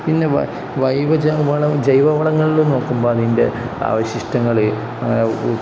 പിന്നെ ജൈവവളങ്ങളിൽ നോക്കുമ്പോൾ അതിൻ്റെ അവശിഷ്ടങ്ങൾ